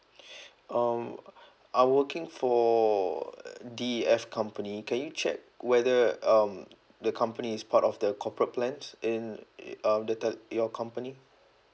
um I working for the F company can you check whether um the company is part of the corporate plans in uh data your company